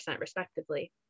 respectively